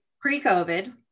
Pre-COVID